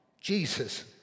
Jesus